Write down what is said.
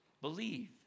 Believe